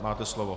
Máte slovo.